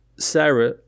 Sarah